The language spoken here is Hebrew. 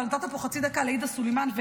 אתה נתת פה חצי דקה לעאידה סלימאן,